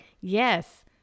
Yes